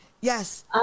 Yes